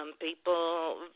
People